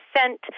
sent